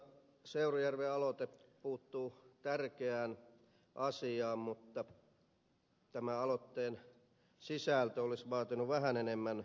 seurujärven aloite puuttuu tärkeään asiaan mutta tämän aloitteen sisältö olisi vaatinut vähän enemmän pohtimista